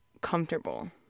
comfortable